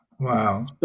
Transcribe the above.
Wow